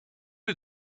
les